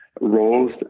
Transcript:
roles